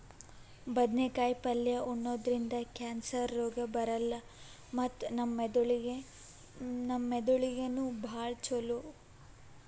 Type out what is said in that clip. ಬದ್ನೇಕಾಯಿ ಪಲ್ಯ ಉಣದ್ರಿಂದ್ ಕ್ಯಾನ್ಸರ್ ರೋಗ್ ಬರಲ್ಲ್ ಮತ್ತ್ ನಮ್ ಮೆದಳಿಗ್ ನೂ ಭಾಳ್ ಛಲೋ